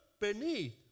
beneath